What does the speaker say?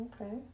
Okay